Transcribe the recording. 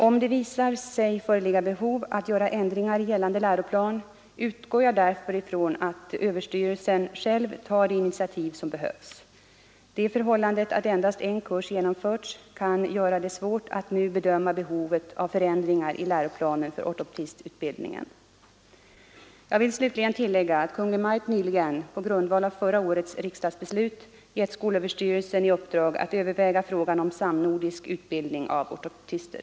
Om det visar sig föreligga behov att göra ändringar i gällande läroplan, utgår jag därför från att skolöverstyrelsen själv tar de initiativ som behövs. Det förhållandet att endast en kurs genomförts kan göra det svårt att nu bedöma behovet av förändringar i läroplanen för ortoptistutbildningen. Jag vill slutligen tillägga att Kungl. Maj:t nyligen, på grundval av förra årets riksdagsbeslut, gett skolöverstyrelsen i uppdrag att överväga frågan om samnordisk utbildning av ortoptister.